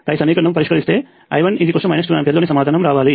పై సమీకరణము పరిష్కరిస్తే I1 2 ఆంపియర్లు అని సమాధానము రావాలి